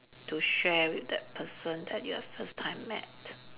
to share with that person that you have first time met